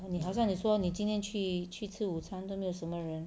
你好像你说你今天去去吃午餐都没有什么人